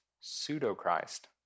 pseudo-Christ